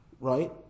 right